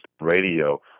radio